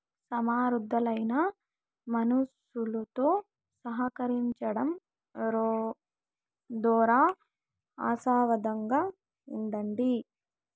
సమర్థులైన మనుసులుతో సహకరించడం దోరా ఆశావాదంగా ఉండండి